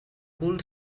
cul